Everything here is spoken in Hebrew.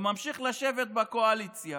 שממשיך לשבת בקואליציה,